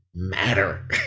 Matter